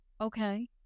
Okay